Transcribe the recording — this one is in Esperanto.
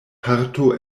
parto